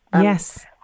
Yes